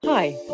hi